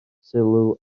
sylw